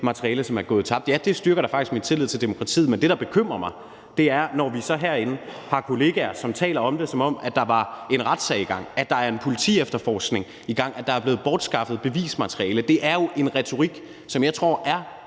materiale, som er gået tabt. Ja, det styrker da faktisk min tillid til demokratiet. Men det, der bekymrer mig, er, når vi så herinde fra kollegaernes side taler om det, som om der var en retssag i gang, at der er en politiefterforskning i gang, at der er blevet bortskaffet bevismateriale. Det er jo en retorik, som jeg tror er